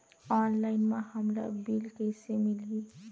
Online म हमला bill कइसे मिलही?